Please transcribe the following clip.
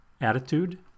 Attitude